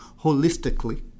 holistically